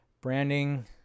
Branding